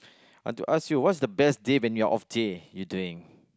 I want to ask you what is the best day when you're off day you're doing